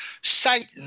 Satan